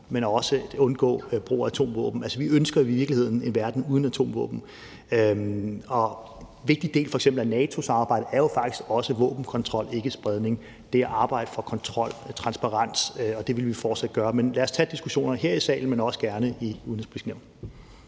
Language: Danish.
men også undgå brug af atomvåben. Altså, vi ønsker i virkeligheden en verden uden atomvåben, og en vigtig del af f.eks. NATO-samarbejdet er jo faktisk også våbenkontrol og ikkespredning, det at arbejde for kontrol og transparens, og det vil vi fortsat gøre. Men lad os tage diskussionerne her i salen, men også gerne i Det Udenrigspolitiske